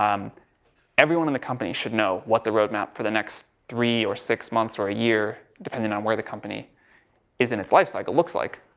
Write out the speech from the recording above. um everyone in the company should know what the roadmap for the next three or six months, or a year, depending on where the company is in its life cycle, looks like.